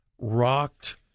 rocked